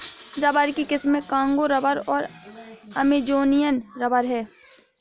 rubber की किस्में Congo rubber और अमेजोनियन रबर हैं